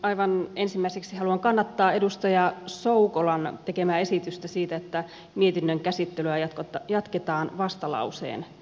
aivan ensimmäiseksi haluan kannattaa edustaja soukolan tekemää esitystä siitä että mietinnön käsittelyä jatketaan vastalauseen mukaisena